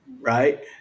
Right